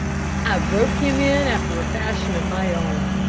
i broke him in after a fashion of my own.